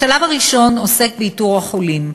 השלב הראשון עוסק באיתור החולים.